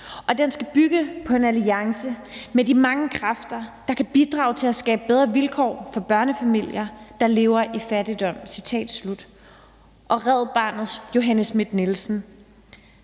og den skal bygge på en alliance med de mange kræfter, der kan bidrage til at skabe bedre vilkår for børnefamilier, der lever i fattigdom.« Red Barnets Johanne Schmidt-Nielsen: